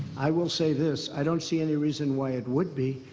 i will say this i don't see any reason why it would be.